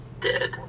dead